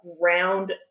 ground